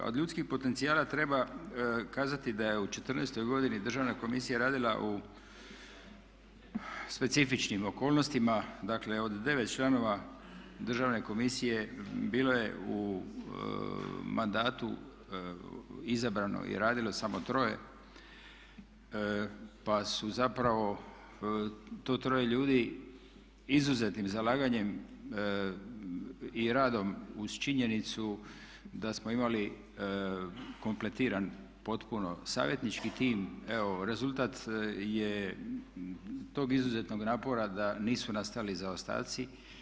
Od ljudskih potencijala treba kazati da je u četrnaestoj godini Državna komisija radila u specifičnim okolnostima, dakle od 9 članova Državne komisije bilo je u mandatu izabrano i radilo samo troje, pa su zapravo to troje ljudi izuzetnim zalaganjem i radom uz činjenicu da smo imali kompletiran potpuno savjetnički tim evo rezultat je tog izuzetnog napora da nisu nastajali zaostaci.